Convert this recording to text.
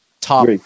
top